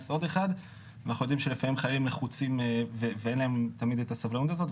עוד אחד ואנחנו יודעים שחיילים לחוצים ואין להם תמיד את הסבלנות הזו.